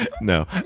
No